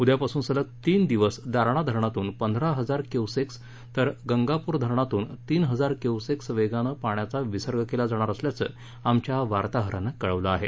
उद्यापासून सलग तीन दिवस दारणा धरणातून पंधरा हजार क्यूसेक तर गंगापूर धरणातून तीन हजार क्यूसेक वेगानं पाण्याचा विसर्ग केला जाणार असल्याचं आमच्या वार्ताहरानं कळवलं आहे